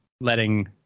letting